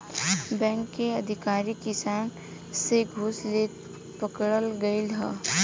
bank के अधिकारी किसान से घूस लेते पकड़ल गइल ह